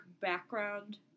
background